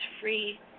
free